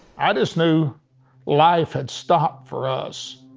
i just knew life had stopped for us.